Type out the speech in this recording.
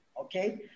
okay